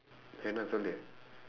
என்ன சொல்லு:enna sollu